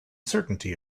certainty